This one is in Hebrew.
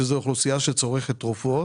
שזאת אוכלוסייה שצורכת תרופות,